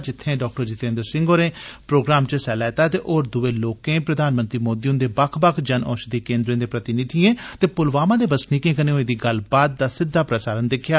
जित्थै डॉ जितेन्द्र सिंह ते प्रोग्राम च हिस्सा लै'रदे होर दुए लोकें प्रधानमंत्री मोदी हुन्दे बक्ख बक्ख जन औषधि केन्द्रें दे प्रतिनिधियें ते पुलवामा दे बसनीकें कन्नै होई दी गल्ल बात दा सिद्धा प्रसारण दिक्खेआ